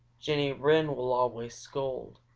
jenny wren will always scold.